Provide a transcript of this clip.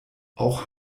auch